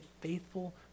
faithful